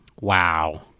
Wow